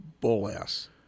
bull-ass